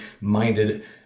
minded